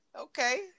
Okay